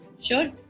Sure